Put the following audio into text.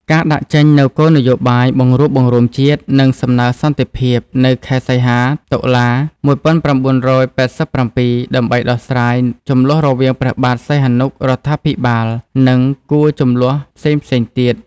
ការដាក់ចេញនូវគោលនយោបាយបង្រួបបង្រួមជាតិ និងសំណើសន្តិភាព នៅខែ សីហា តុលា ១៩៨៧ ដើម្បីដោះស្រាយ ជំលោះរវាងព្រះបាទ សីហនុ រដ្ឋាភិបាល និង គួរ ជំលោះផ្សេងៗទៀត។